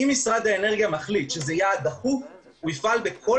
אם משרד האנרגיה מחליט שזה יעד דחוף הוא יפעל בכל